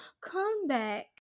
comeback